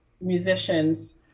musicians